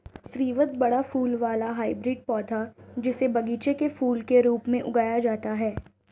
स्रीवत बड़ा फूल वाला हाइब्रिड पौधा, जिसे बगीचे के फूल के रूप में उगाया जाता है